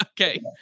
okay